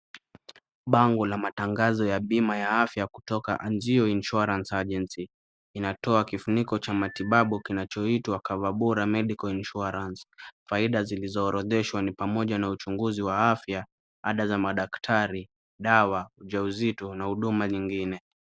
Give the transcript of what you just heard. Bango la matangazo ya bima ya afya kutoka Anjio insurance agency inatoa kifuniko cha matibabu kinachoitwa coverbora medical insurance, faida zilizoorodheshwa ni pamoja na uchunguzi wa afya, ada za madaktari, dawa, ujauzito na huduma nyingine.